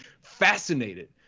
fascinated